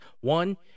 One